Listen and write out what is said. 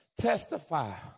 Testify